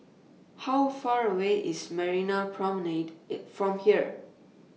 How Far away IS Marina Promenade from here